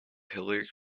hillary